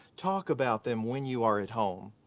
talk about them when you are at home,